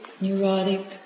neurotic